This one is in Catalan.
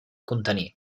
contenir